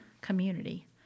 community